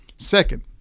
Second